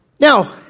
Now